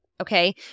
Okay